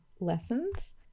lessons